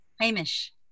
Hamish